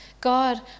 God